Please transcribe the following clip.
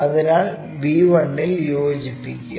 അതിനാൽ b1 ൽ യോജിപ്പിക്കുക